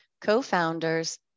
Co-founders